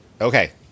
Okay